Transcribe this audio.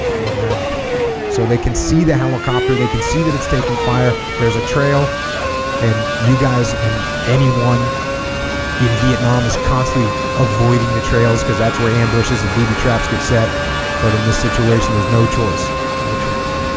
amen so they can see the helicopter they can see that it's taking fire there's a trail and you guys and anyone in vietnam is constantly avoiding the trails because that's where ambushes and booby traps get set but in this situation there's no choice no choice